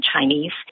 Chinese